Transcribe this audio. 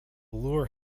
lure